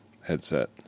headset